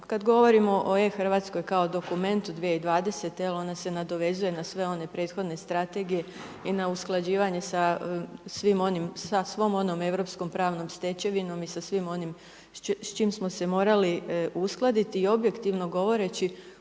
kada govorimo o e-Hrvatskoj kao dokumentu 2020. jer ona se nadovezuje na sve one prethodne strategije i na usklađivanje sa svim onim, sa svom onom europskom pravnom stečevinom i sa svim onim s čime smo se morali uskladiti. I objektivno govoreći